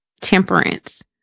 temperance